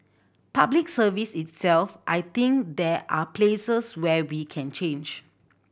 Public Service itself I think there are places where we can change